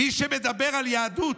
זה הנושא האחד.